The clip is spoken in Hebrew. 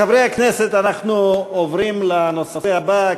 חברי הכנסת, אנחנו עוברים לנושא הבא.